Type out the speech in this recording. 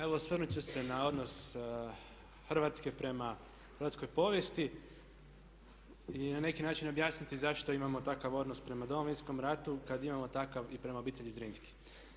Evo osvrnut ću se na odnos Hrvatske prema hrvatskoj povijesti i na neki način objasniti zašto imamo takav odnos prema Domovinskom ratu kad imamo takav i prema obitelji Zrinski.